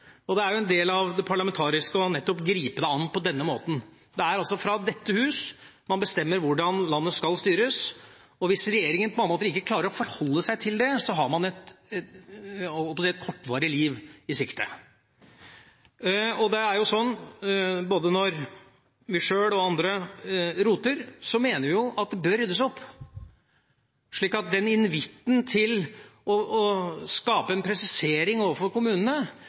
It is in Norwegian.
Og det er jo en del av det parlamentariske å nettopp gripe det an på den måten. Det er i dette hus man bestemmer hvordan landet skal styres. Hvis regjeringen på mange måter ikke klarer å forholde seg til det, har man et kortvarig liv i sikte. Det er jo sånn at både når vi sjøl og andre roter, mener vi at det bør ryddes opp, så den invitten til å skape en presisering overfor kommunene